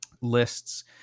lists